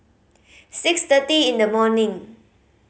six thirty in the morning